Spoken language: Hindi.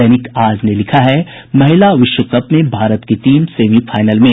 दैनिक आज ने लिखा है महिला विश्व कप में भारत की टीम सेमीफाइनल में